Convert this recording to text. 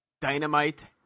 Dynamite